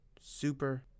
Super